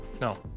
No